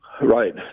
Right